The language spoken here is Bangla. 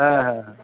হ্যাঁ হ্যাঁ হ্যাঁ